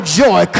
joy